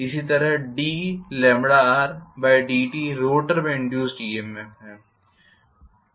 इसी तरह drdt rotor में इंड्यूस्ड ईएमएफ है